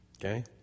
Okay